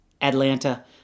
Atlanta